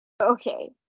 okay